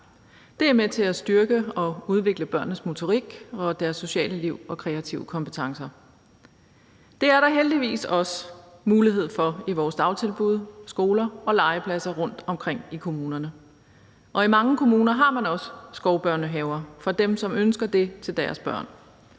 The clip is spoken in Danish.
Det er med til at styrke og udvikle børnenes motorik og deres sociale liv og kreative kompetencer. Det er der heldigvis også mulighed for i vores dagtilbud, i vores skoler og på vores legepladser rundtomkring i kommunerne; og i mange kommuner har man også skovbørnehaver for dem, der ønsker det til deres børn.